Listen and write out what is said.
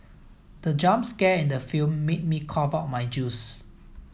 the jump scare in the film made me cough out my juice